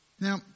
Now